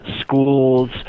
schools